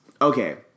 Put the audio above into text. Okay